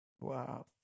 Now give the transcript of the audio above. wow